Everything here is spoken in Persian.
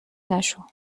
نشو